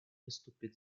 выступит